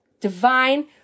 divine